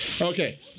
Okay